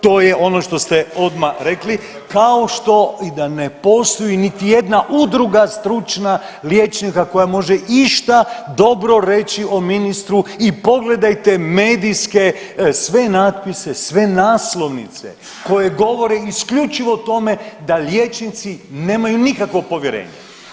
To je ono što ste odmah rekli kao što i da ne postoji niti jedna udruga stručna liječnika koja može išta dobro reći o ministru i pogledajte medijske sve natpise, sve naslovnice koje govore isključivo o tome da liječnici nemaju nikakvo povjerenje.